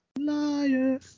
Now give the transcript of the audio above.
liar